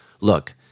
look